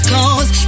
Cause